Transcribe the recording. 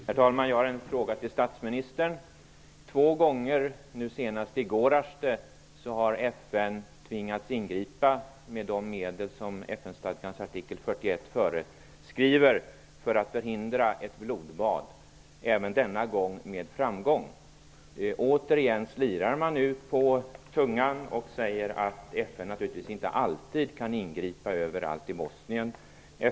Herr talman! Jag har en fråga till statsministern. Två gånger, nu senast i Gorazde, har FN tvingats ingripa med de medel som FN-stadgans artikel 41 föreskriver för att förhindra ett blodbad. Även denna gång skedde det med framgång. Återigen slirar man på tungan och säger att FN naturligtvis inte alltid kan ingripa överallt i Bosnien.